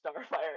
starfire